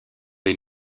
les